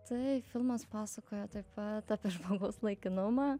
tai filmas pasakoja taip pat apie žmogaus laikinumą